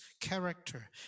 character